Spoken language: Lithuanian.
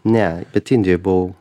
ne bet indijoj buvau